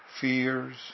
fears